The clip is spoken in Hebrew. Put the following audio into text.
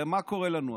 הרי מה קורה לנו היום?